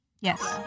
Yes